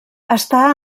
està